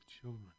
children